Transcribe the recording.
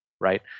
Right